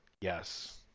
Yes